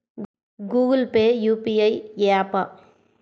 Google Pay UPI య్యాపా?